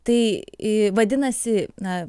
tai i vadinasi na